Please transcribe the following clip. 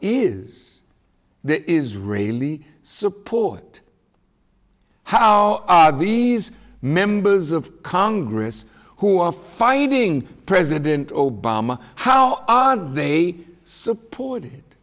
is the israeli support how are these members of congress who are fighting president obama how are they supported